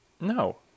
no